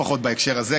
לפחות בהקשר הזה,